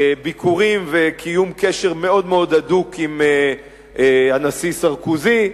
ביקורים וקיום קשר מאוד מאוד הדוק עם הנשיא סרקוזי.